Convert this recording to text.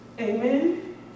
Amen